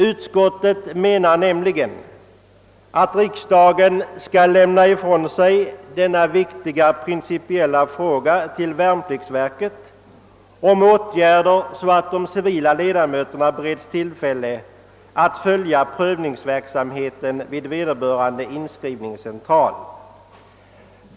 Utskottet anser nämligen att riksdagen skall lämna ifrån sig denna viktiga principiella fråga till värnpliktsverket som förutsätts vidta åtgärder så att de civila nämndledamöterna bereds tillfälle att följa prövningsverksamheten vid vederbörande inskrivningscentral.